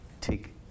take